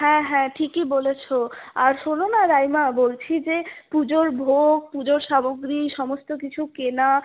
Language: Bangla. হ্যাঁ হ্যাঁ ঠিকই বলেছো আর শোনো না রাইমা বলছি যে পুজোর ভোগ পুজোর সামগ্রী সমস্ত কিছু কেনা